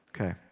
Okay